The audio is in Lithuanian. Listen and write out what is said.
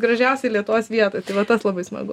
gražiausioj lietuvos vietoj tai va tas labai smagu